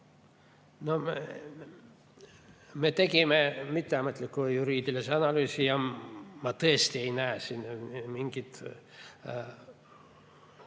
Me tegime mitteametliku juriidilise analüüsi ja ma tõesti ei näe siin mingit